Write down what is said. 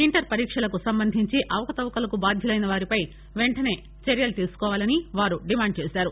inter పరీక్షలకు సంబంధించి అవకతవకలకు బాధ్యులైనవారిపై వెంటనే చర్య తీసుకోవాలని వారు డిమాండు చేశారు